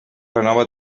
renova